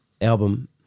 album